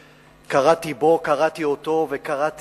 קראתי בו, קראתי אותו וקראתי עליו,